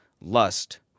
lust